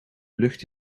lucht